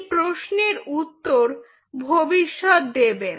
এই প্রশ্নের উত্তর ভবিষ্যৎ দেবে